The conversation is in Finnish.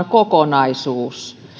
kokonaisuus